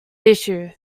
issue